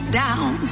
down